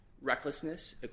recklessness